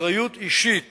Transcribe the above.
אחריות אישית